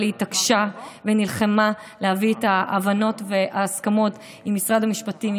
אבל היא התעקשה ונלחמה להביא את ההבנות וההסכמות עם משרד המשפטים,